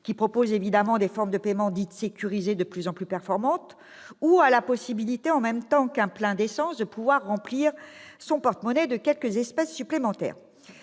qui prévoit évidemment des formes de paiement dites « sécurisées » de plus en plus performantes, ou à la possibilité, en même temps qu'un plein d'essence, de pouvoir remplir son porte-monnaie de quelques espèces supplémentaires